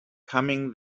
coming